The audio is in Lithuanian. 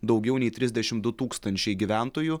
daugiau nei trisdešim du tūkstančiai gyventojų